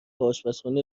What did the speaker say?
آشپزخونه